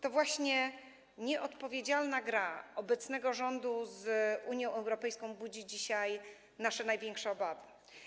To właśnie nieodpowiedzialna gra obecnego rządu z Unią Europejską budzi dzisiaj nasze największe obawy.